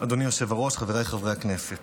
אדוני היושב-ראש, חבריי חברי הכנסת,